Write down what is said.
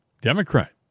Democrat